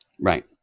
Right